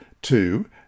two